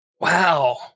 Wow